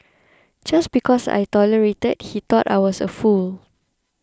just because I tolerated he thought I was a fool